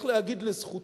יש לומר לזכותו,